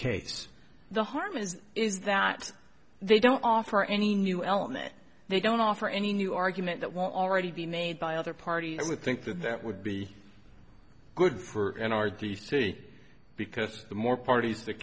case the harm is is that they don't offer any new element they don't offer any new argument that won't already be made by other parties would think that that would be good for in our d c because the more parties that